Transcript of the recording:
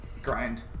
grind